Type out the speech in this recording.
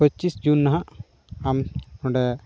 ᱯᱚᱸᱪᱤᱥ ᱡᱩᱱ ᱱᱟᱦᱟᱜ ᱟᱢ ᱚᱸᱰᱮ